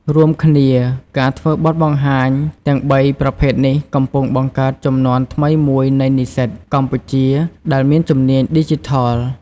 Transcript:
រួមគ្នា ការធ្វើបទបង្ហាញទាំងបីប្រភេទនេះកំពុងបង្កើតជំនាន់ថ្មីមួយនៃនិស្សិតកម្ពុជាដែលមានជំនាញឌីជីថល។